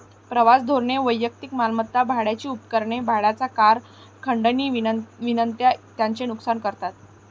प्रवास धोरणे वैयक्तिक मालमत्ता, भाड्याची उपकरणे, भाड्याच्या कार, खंडणी विनंत्या यांचे नुकसान करतात